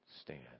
stand